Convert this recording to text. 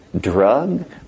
drug